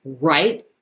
Right